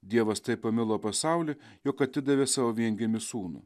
dievas taip pamilo pasaulį jog atidavė savo viengimį sūnų